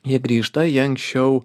jie grįžta į anksčiau